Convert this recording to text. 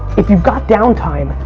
if you got downtime,